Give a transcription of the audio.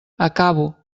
acabo